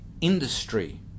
industry